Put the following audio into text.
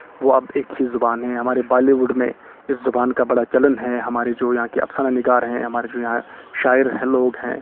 وہ اب ایک ہی زبان ہیں ہمارے بالیووڈ میں اس زبان کا بڑا چلن ہے ہمارے جو یہاں کے افسانہ نگار ہیں ہمارے جو یہاں شاعر ہیں لوگ ہیں